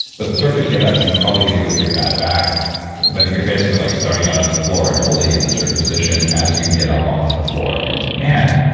but the turkish get-up, you probably could do with your bad back but you're basically like starting out on the floor, and holding in a certain position as you get up off the floor, and man,